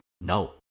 No